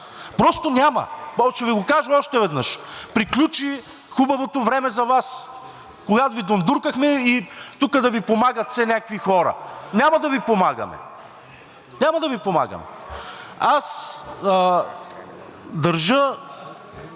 Просто няма! Ще Ви го кажа още веднъж. Приключи хубавото време за Вас, когато Ви дундуркахме и тук да Ви помагат все някакви хора. Няма да Ви помагаме. Няма да Ви помагаме! Държа